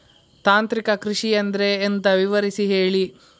ತಾಂತ್ರಿಕ ಕೃಷಿ ಅಂದ್ರೆ ಎಂತ ವಿವರಿಸಿ ಹೇಳಿ